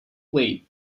weight